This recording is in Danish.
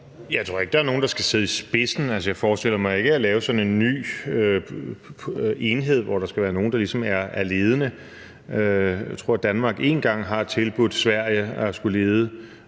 Jeg tror ikke, at der er nogen, der skal sidde i spidsen. Jeg forestiller mig ikke at skulle lave en ny enhed, hvor der ligesom er nogle, der er ledende. Jeg tror, Danmark én gang har tilbudt Sverige at skulle lede